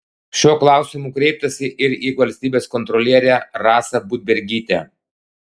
šiuo klausimu kreiptasi ir į valstybės kontrolierę rasą budbergytę